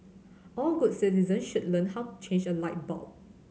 all good citizens should learn how to change a light bulb